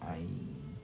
I